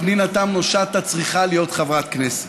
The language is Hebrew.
פנינה תמנו-שטה צריכה להיות חברת כנסת.